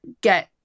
get